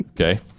Okay